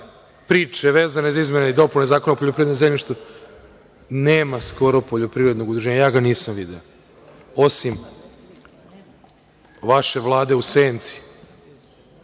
priče vezane za izmene i dopune Zakona o poljoprivrednom zemljištu, nema skoro poljoprivrednog udruženja, ja ga nisam video, osim vaše vlade u senci,